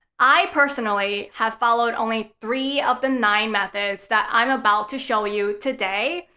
i personally have followed only three of the nine methods that i'm about to show you today.